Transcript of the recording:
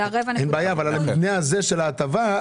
אבל המבנה הזה של ההטבה,